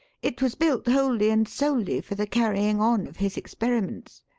it was built wholly and solely for the carrying on of his experiments.